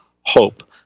hope